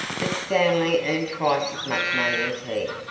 that stanley earned twice as much money as he.